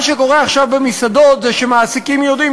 מה שקורה עכשיו במסעדות זה שמעסיקים יודעים